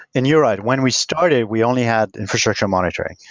and you're right. when we started, we only had infrastructure monitoring.